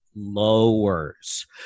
lowers